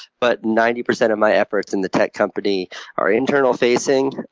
but ninety percent of my efforts in the tech company are internal-facing,